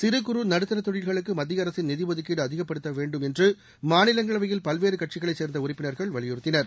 சிறு குறு நடுத்தர தொழில்களுக்கு மத்திய அரசின் நிதி ஒதுக்கீடு அதிகப்படுத்த வேண்டும் என்று மாநிலங்களவையில் பல்வேறு கட்சிகளை சேர்ந்த உறுப்பினர்கள் வலியுறுத்தினர்